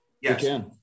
Yes